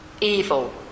evil